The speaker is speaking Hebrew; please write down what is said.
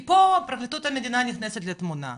כי פה, פרקליטות המדינה נכנסת לתמונה,